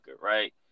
right